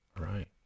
Right